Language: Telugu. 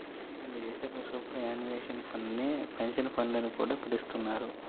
కొన్ని దేశాల్లో సూపర్ యాన్యుయేషన్ ఫండ్ నే పెన్షన్ ఫండ్ అని కూడా పిలుస్తున్నారు